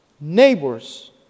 Neighbors